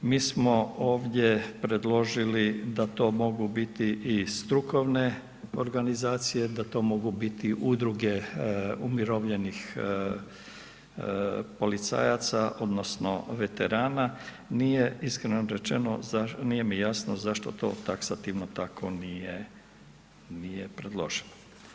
Mi smo ovdje predložili da to mogu biti i strukovne organizacije, da to mogu biti udruge umirovljenih policajaca odnosno veterana, nije iskreno rečeno, nije mi jasno zašto to taksativno tako nije predloženo.